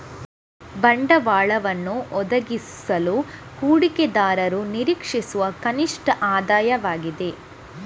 ಬಂಡವಾಳವನ್ನು ಒದಗಿಸಲು ಹೂಡಿಕೆದಾರರು ನಿರೀಕ್ಷಿಸುವ ಕನಿಷ್ಠ ಆದಾಯವಾಗಿದೆ